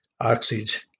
oxygen